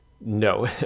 No